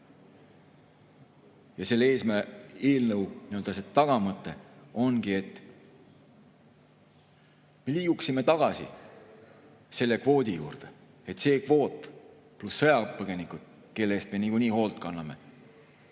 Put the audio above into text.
Selle eelnõu tagamõte ongi, et liiguksime tagasi selle kvoodi juurde. See kvoot, pluss sõjapõgenikud, kelle eest me niikuinii hoolt kanname,